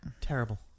Terrible